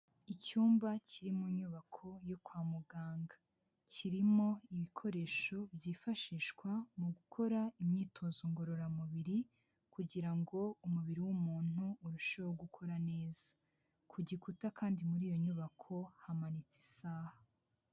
Icyumba kiri mu nyubako yo kwa muganga kirimo ibikoresho byifashishwa mu gukora imyitozo ngororamubiri kugira ngo umubiri w'umuntu urusheho gukora neza, ku gikuta kandi muri iyo nyubako hamanitse isaha.